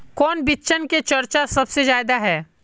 कौन बिचन के चर्चा सबसे ज्यादा है?